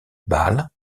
bâle